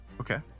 Okay